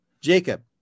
Jacob